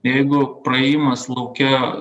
jeigu praėjimas lauke